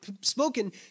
spoken